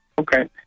Okay